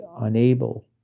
unable